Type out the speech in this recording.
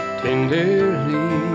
tenderly